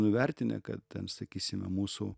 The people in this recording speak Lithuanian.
nuvertinę kad sakysime mūsų